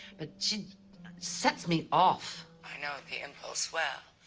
but she sets me off. i know the impulse well.